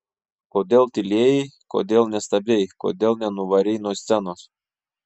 kodėl tylėjai kodėl nestabdei kodėl nenuvarei nuo scenos